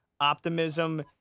optimism